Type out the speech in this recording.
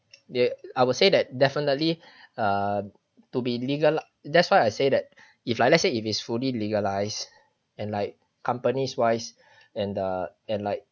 they I will say that definitely err to be legal that's why I said that if like let say if it's fully legalize and like companies wise and the and like